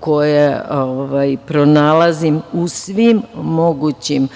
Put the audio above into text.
koje pronalazim u svim mogućim